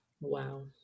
Wow